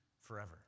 forever